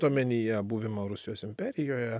omenyje buvimą rusijos imperijoje